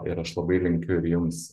ir aš labai linkiu ir jums